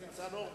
קטסטרופלי: